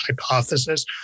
hypothesis